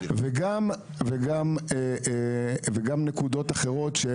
וגם נקודות אחרות,